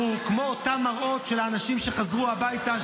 הוא כמו אותם מראות של האנשים שחזרו הביתה.